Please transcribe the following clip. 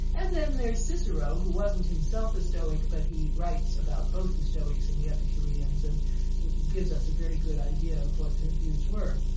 and then there's cicero, who wasn't himself a stoic but he writes about both the and stoics and the epicureans and gives us a very good idea of what their views were.